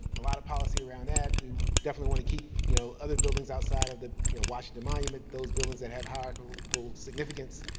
a lot of policy around that. we definitely want to keep, you know, other buildings outside of the washington monument, those buildings that have hierarchical significance,